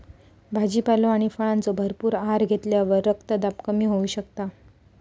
भाजीपालो आणि फळांचो भरपूर आहार घेतल्यावर रक्तदाब कमी होऊ शकता